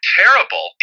terrible